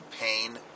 pain